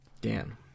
Dan